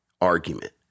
argument